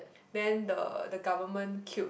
then the the government killed